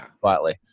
quietly